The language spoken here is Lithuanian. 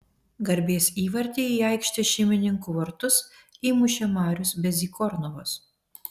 garbės įvartį į aikštės šeimininkų vartus įmušė marius bezykornovas